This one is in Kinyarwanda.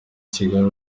kigali